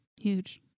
Huge